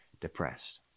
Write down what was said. depressed